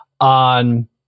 on